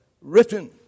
written